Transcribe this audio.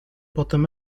potem